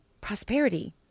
prosperity